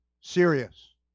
serious